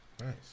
Nice